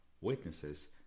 witnesses